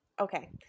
okay